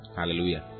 hallelujah